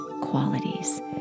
qualities